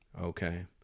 okay